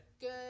good